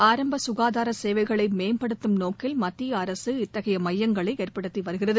ஆரம்ப ககாதார சேவைகளை மேம்படுத்தும் நோக்கில் மத்திய அரசு இத்தகைய மையங்களை ஏற்படுத்தி வருகிறது